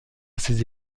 ses